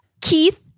Keith